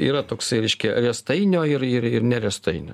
yra toksai reiškia riestainio ir ir ne riestainio